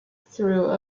through